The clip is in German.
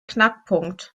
knackpunkt